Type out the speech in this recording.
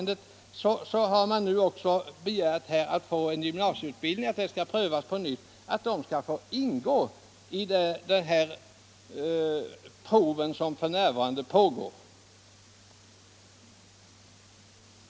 De har nu begärt att frågan om en gymansieskola i Simrishamn skall prövas på nytt och att Simrishamn skall få delta i de prov som f. n. pågår.